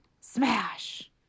Smash